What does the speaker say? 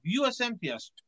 USMPS